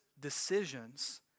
decisions